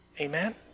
Amen